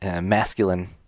masculine